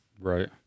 Right